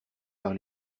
par